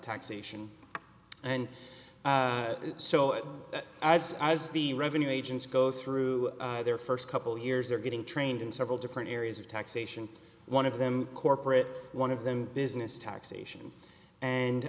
taxation and so i was the revenue agents go through their first couple years they're getting trained in several different areas of taxation one of them corporate one of them business taxation and